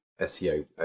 SEO